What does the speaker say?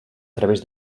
través